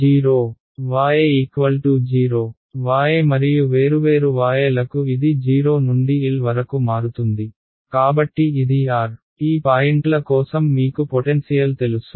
0 y0 y మరియు వేరువేరు y లకు ఇది 0 నుండి L వరకు మారుతుంది కాబట్టి ఇది r ఈ పాయింట్ల కోసం మీకు పొటెన్సియల్ తెలుసు